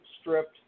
stripped